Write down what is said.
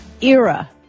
era